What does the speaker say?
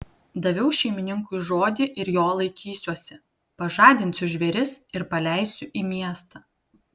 daviau šeimininkui žodį ir jo laikysiuosi pažadinsiu žvėris ir paleisiu į miestą